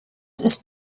ist